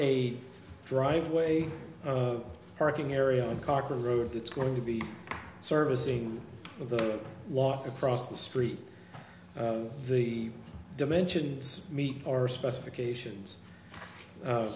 a driveway parking area cock a road that's going to be servicing the walk across the street the dimensions meet our specifications